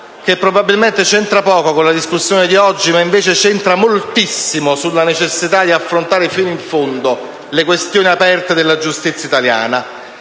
che probabilmente c'entra poco con la discussione odierna, ma che c'entra moltissimo con la necessità di affrontare fino in fondo le questioni aperte che riguardano la giustizia italiana.